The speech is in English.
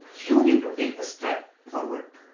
you need to take a step forward.